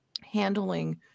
handling